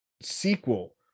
sequel